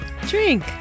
drink